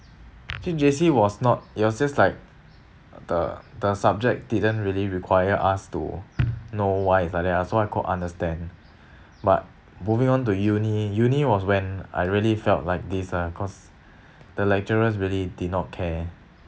think J_C was not it was just like the the subject didn't really require us to know why it's like that ah so I could understand but moving on to uni uni was when I really felt like this ah cause the lecturers really did not care